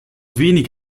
wenig